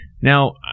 Now